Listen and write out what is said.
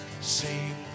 Sing